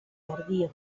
tardío